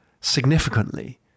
significantly